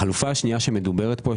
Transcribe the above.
החלופה השנייה שמדוברת פה,